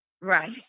Right